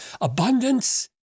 abundance